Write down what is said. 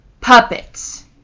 puppets